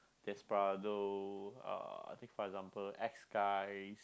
Desperado uh take for example X guys